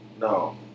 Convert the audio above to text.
No